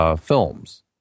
films